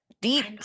deep